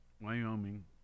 Wyoming